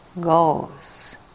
goes